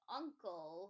uncle